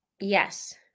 yes